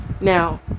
Now